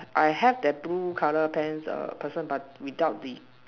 I have that blue color pants err person but without the